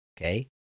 Okay